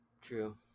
true